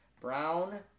Brown